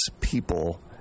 people